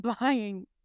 buying